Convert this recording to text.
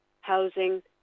housing